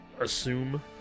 assume